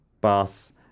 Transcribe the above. bus